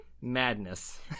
madness